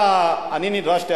אבל אני נדרשתי,